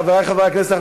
חברי חברי הכנסת,